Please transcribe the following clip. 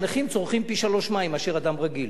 שנכים צורכים פי שלושה מים מאשר אדם רגיל,